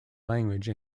language